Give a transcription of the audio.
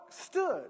stood